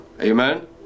Amen